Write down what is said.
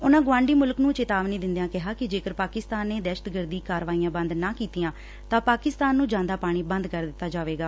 ਉਨ੍ਹਾ ਗੁਆਂਢੀ ਮੁਲਕ ਨੂੰ ਚੇਤਾਵਨੀ ਦਿੰਦਿਆਂ ਕਿਹਾ ਕਿ ਜੇਕਰ ਪਾਕਿਸਤਾਨ ਨੇ ਦਹਿਸ਼ਤਗਰਦੀ ਕਾਰਵਾਈਆਂ ਬੰਦ ਨਾ ਕੀਤੀਆਂ ਤਾਂ ਪਾਕਿਸਤਾਨ ਨੂੰ ਜਾਂਦਾ ਪਾਣੀ ਬੰਦ ਕਰ ਦਿੱਤਾ ਜਾਵੇਗਾ